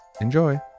Enjoy